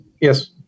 Yes